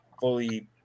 fully